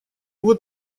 вот